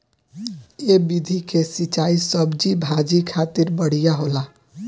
ए विधि के सिंचाई सब्जी भाजी खातिर बढ़िया होला